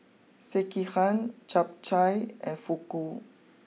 Sekihan Japchae and Fugu